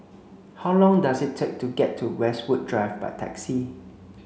how long does it take to get to Westwood Drive by taxi